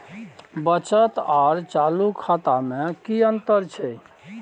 बचत आर चालू खाता में कि अतंर छै?